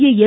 மத்திய எ